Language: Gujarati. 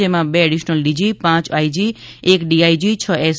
જેમાં બે એડીશનલ ડીજી પાંચ આઈ જી એક ડીઆઈજી છ એસ